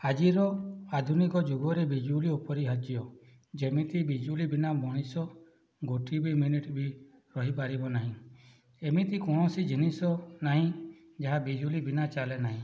ଆଜିର ଆଧୁନିକ ଯୁଗରେ ବିଜୁଳି ଅପରିହାର୍ଯ୍ୟ ଯେମିତି ବିଜୁଳି ବିନା ମଣିଷ ଗୋଟିଏ ବି ମିନିଟ୍ ବି ରହିପାରିବ ନାହିଁ ଏମିତି କୌଣସି ଜିନିଷ ନାହିଁ ଯାହା ବିଜୁଳି ବିନା ଚାଲେ ନାହିଁ